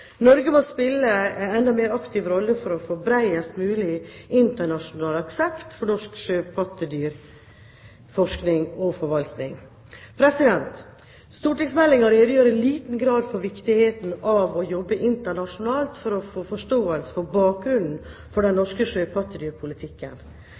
Norge må spille en enda mer aktiv rolle for å få bredest mulig internasjonal aksept for norsk sjøpattedyrforskning og -forvaltning. Stortingsmeldingen redegjør i liten grad for viktigheten av å jobbe internasjonalt for å få forståelse for bakgrunnen for den